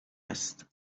است